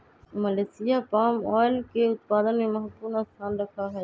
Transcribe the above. Malaysia palm oil के उत्पादन में महत्वपूर्ण स्थान रखा हई